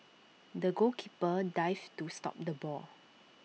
the goalkeeper dived to stop the ball